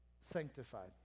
sanctified